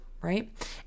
right